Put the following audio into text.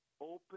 open